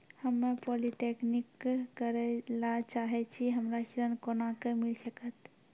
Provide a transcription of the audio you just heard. हम्मे पॉलीटेक्निक करे ला चाहे छी हमरा ऋण कोना के मिल सकत?